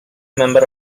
member